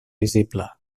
visible